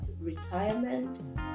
retirement